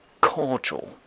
cordial